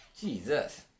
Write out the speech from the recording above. Jesus